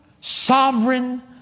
sovereign